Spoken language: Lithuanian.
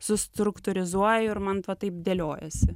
struktūrizuoju ir man taip dėliojasi